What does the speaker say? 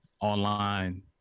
Online